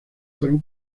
fueron